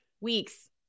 weeks